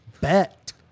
Bet